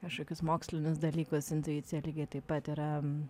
kažkokius mokslinius dalykus intuicija lygiai taip pat yra